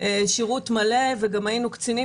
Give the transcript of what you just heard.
שירות מלא וגם היינו קצינים,